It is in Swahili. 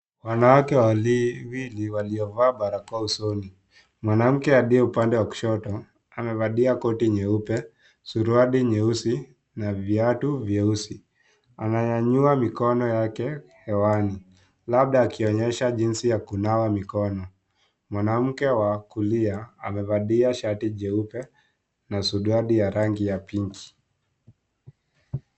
Wanawake wawili waliovaa barakoa usoni . Mwanamke aliye upande wa kushoto amevalia koti nyeupe , suruali nyeusi na viatu vyeusi. Ananyanyua mikono yake hewani labda akionyesha jinsi ya kunawa mikono , mwanamke wa kulia amevalia shati jeupe na suruali ya rangi ya pinki.